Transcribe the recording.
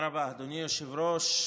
היושב-ראש.